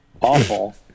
awful